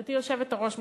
גברתי היושבת-ראש,